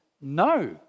no